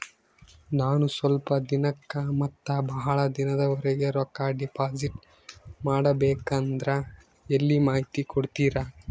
ನಾನು ಸ್ವಲ್ಪ ದಿನಕ್ಕ ಮತ್ತ ಬಹಳ ದಿನಗಳವರೆಗೆ ರೊಕ್ಕ ಡಿಪಾಸಿಟ್ ಮಾಡಬೇಕಂದ್ರ ಎಲ್ಲಿ ಮಾಹಿತಿ ಕೊಡ್ತೇರಾ?